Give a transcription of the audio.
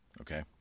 Okay